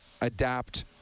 adapt